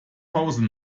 hause